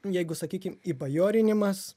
jeigu sakykim įbajorinimas